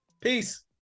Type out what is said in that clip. Peace